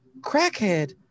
crackhead